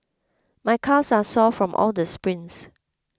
my calves are sore from all the sprints